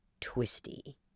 twisty